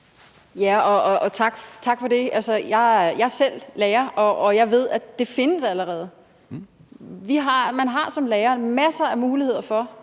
Tak for det. Altså, jeg er selv lærer, og jeg ved, at det allerede findes. Man har som lærer masser af muligheder for